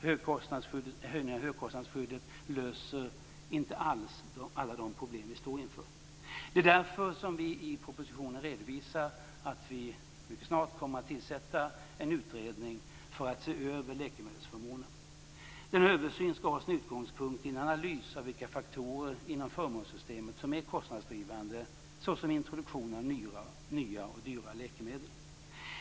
Höjningen av högkostnadsskyddet löser inte alls alla de problem vi står inför. Det är därför vi i propositionen redovisar att vi mycket snart kommer att tillsätta en utredning för att se över läkemedelsförmånen. Denna översyn skall ha sin utgångspunkt i en analys av vilka faktorer inom förmånssystemet som är kostnadsdrivande, såsom introduktionen av nya och dyrare läkemedel.